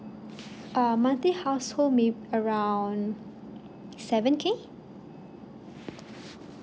err I monthly household may around seven K